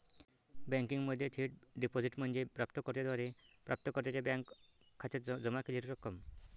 बँकिंगमध्ये थेट डिपॉझिट म्हणजे प्राप्त कर्त्याद्वारे प्राप्तकर्त्याच्या बँक खात्यात जमा केलेली रक्कम